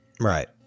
Right